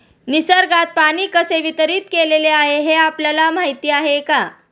निसर्गात पाणी कसे वितरीत केलेले आहे हे आपल्याला माहिती आहे का?